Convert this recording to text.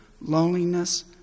loneliness